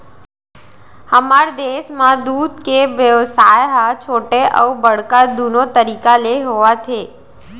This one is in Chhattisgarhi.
हमर देस म दूद के बेवसाय ह छोटे अउ बड़का दुनो तरीका ले होवत हे